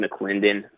McClendon